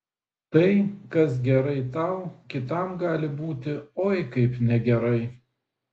tai kas gerai tau kitam gali būti oi kaip negerai